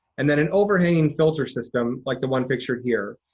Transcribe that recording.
and then an overhanging filter system like the one pictured here.